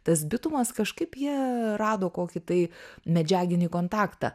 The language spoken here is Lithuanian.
tas bitumas kažkaip jie rado kokį tai medžiaginį kontaktą